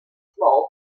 small